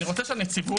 אני רוצה שהנציבות,